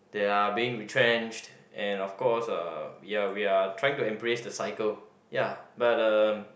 they are being retrenched and of course uh ya we are trying to embrace the cycle ya but uh